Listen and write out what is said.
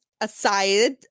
aside